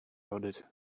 loaded